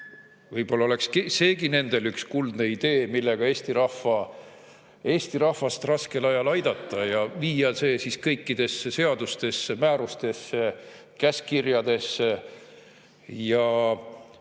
Võib-olla oleks seegi nendele üks kuldne idee, millega Eesti rahvast raskel ajal aidata ja viia see kõikidesse seadustesse, määrustesse, käskkirjadesse ja